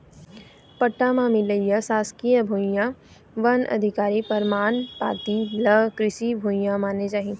पट्टा म मिलइया सासकीय भुइयां, वन अधिकार परमान पाती ल कृषि भूइया माने जाही